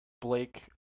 Blake